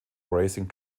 racing